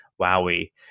Wowie